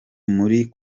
muri